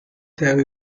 tell